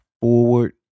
forward